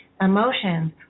emotions